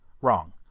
wrong